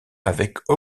avec